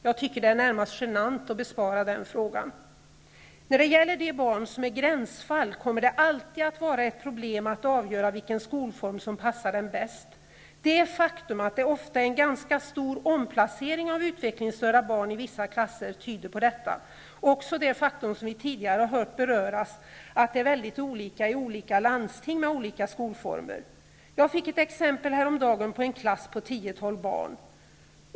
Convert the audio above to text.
Jag tycker att det är närmast genant att besvara den frågan. När det gäller de barn som är gränsfall, kommer det alltid att vara ett problem att avgöra vilken skolform som passar dem bäst. Det faktum att det ofta är en ganska stor omplacering av utvecklingsstörda barn i vissa klasser tyder på detta. Det gör också det faktum som vi tidigare har hört beröras, att det är olika i olika landsting, med olika skolformer. Jag fick ett exempel på det häromdagen, i en klass på tio--tolv barn.